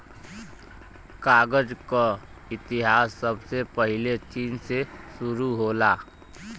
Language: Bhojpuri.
कागज क इतिहास सबसे पहिले चीन से शुरु होला